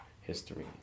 History